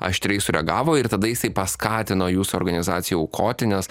aštriai sureagavo ir tada jisai paskatino jūsų organizacijai aukoti nes